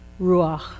Ruach